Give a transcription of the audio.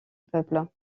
peuple